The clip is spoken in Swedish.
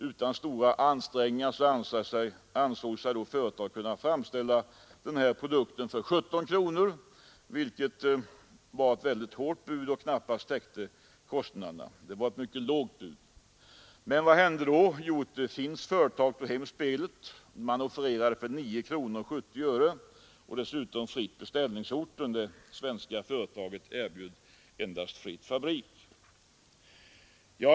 Under stora ansträngningar ansåg sig då företaget kunna framställa den här produkten för 17 kronor, vilket var ett mycket lågt bud och knappast täckte kostnaderna. Men vad hände då? Jo, ett finskt företag tog hem spelet. Det offererade lådorna för 9:70 kronor och dessutom fritt beställningsorten; det svenska företaget erbjöd endast fritt fabrik.